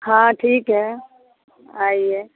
हाँ ठीक है आइए